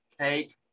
take